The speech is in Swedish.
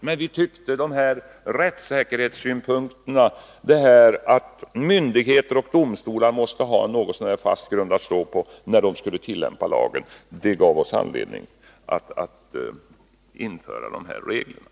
Men vi tyckte att rättssäkerhetssynpunkterna, det faktum att myndigheter och domstolar måste ha något så när fast grund att stå på när de skulle tillämpa lagen, gav oss anledning att införa de här reglerna.